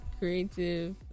creative